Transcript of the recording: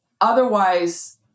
Otherwise